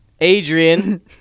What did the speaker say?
Adrian